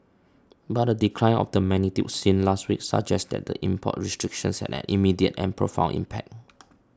but a decline of the magnitude seen last week suggests that the import restrictions had an immediate and profound impact